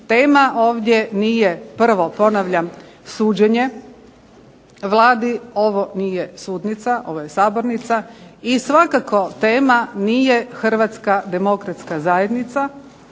Tema ovdje nije, prvo ponavljam, suđenje Vladi, ovo nije sudnica, ovo je sabornica i svakako tema nije Hrvatska demokratska zajednica,